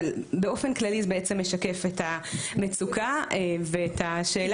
אבל באופן כללי זה משקף את המצוקה ואת השאלה